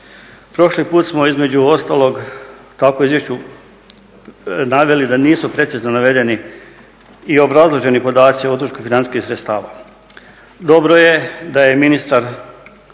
Prošli put smo između ostalog kako u izvješću naveli da nisu precizno navedeni i obrazloženi podaci o utrošku financijskih sredstava. Dobro je da je ministar